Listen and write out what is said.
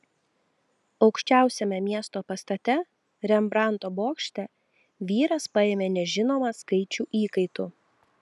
aukščiausiame miesto pastate rembrandto bokšte vyras paėmė nežinomą skaičių įkaitų